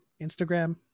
Instagram